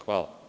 Hvala.